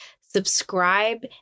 subscribe